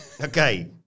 Okay